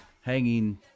hanging